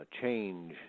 change